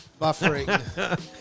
Buffering